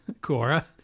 Cora